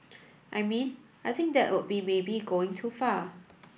I mean I think that would be maybe going too far